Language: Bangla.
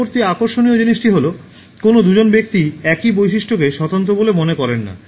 পরবর্তী আকর্ষণীয় জিনিসটি হল কোনও দুজন ব্যক্তি একই বৈশিষ্ট্যটিকে স্বতন্ত্র বলে মনে করেন না